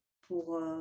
pour